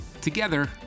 together